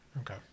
Okay